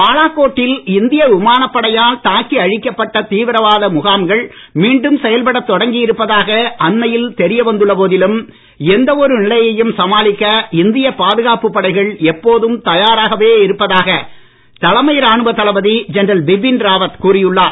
பாலாக்கோட் டில் இந்திய விமானப் படையால் தாக்கி அழிக்கப்பட்ட தீவிரவாத முகாம்கள் மீண்டும் செயல்படத் தொங்கி இருப்பதாக அண்மையில் தெரிய வந்துள்ள போதிலும் எந்த ஒரு நிலையையும் சமாளிக்க இந்திய பாதுகாப்புப் படைகள் எப்போதும் தயாராகவே இருப்பதாக தலைமை ராணுவ தளபதி ஜெனரல் பிபின் ராவத் கூறியுள்ளார்